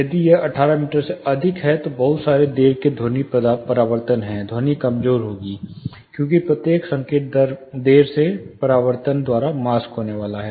यदि यह 18 मीटर से अधिक है तो बहुत सारे देर के ध्वनि परावर्तन है ध्वनि कमजोर होगी क्योंकि प्रत्येक संकेत देर से परावर्तन द्वारा मास्क होने वाला है